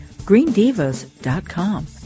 greendivas.com